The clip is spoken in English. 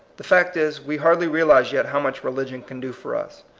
the fact is, we hardlj realize yet how much religion can do for us.